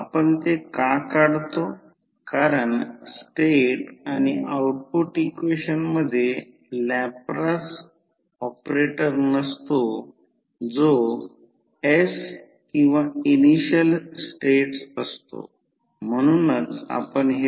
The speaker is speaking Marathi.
तर आपण ते स्पष्ट करूया हे प्रत्यक्षात फेरोमॅग्नेटिक कोर आहे आणि हे ट्रान्सफॉर्मरचे सर्किट सिम्बॉल आहे